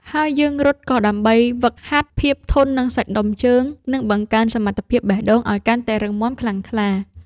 ហើយយើងរត់ក៏ដើម្បីហ្វឹកហាត់ភាពធន់នៃសាច់ដុំជើង និងបង្កើនសមត្ថភាពបេះដូងឱ្យកាន់តែរឹងមាំខ្លាំងក្លា។